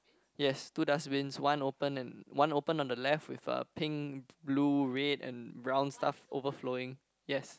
yes two dustbins one open and one open on the left with a pink blue red and brown stuff overflowing yes